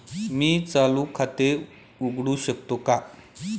मी चालू खाते उघडू शकतो का?